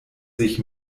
sich